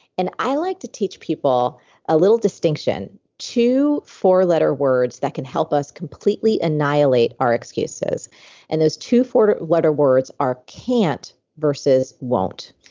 and i like to teach people a little distinction. two four-letter words that can help us completely annihilate our excuses and those two four letter words are can't versus won't.